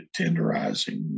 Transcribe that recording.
tenderizing